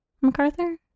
MacArthur